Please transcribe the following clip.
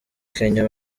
kenya